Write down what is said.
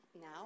Now